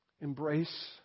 Embrace